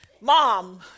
mom